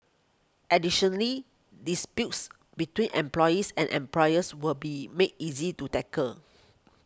additionally disputes between employees and employers will be made easy to tackle